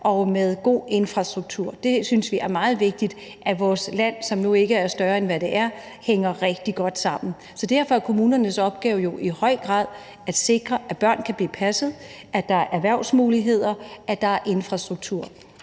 og med god infrastruktur. Vi synes, det er meget vigtigt, at vores land, som ikke er større, end hvad det nu er, hænger rigtig godt sammen. Så derfor er kommunernes opgave jo i høj grad at sikre, at børn kan blive passet, at der er erhvervsmuligheder, at der er infrastruktur.